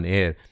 air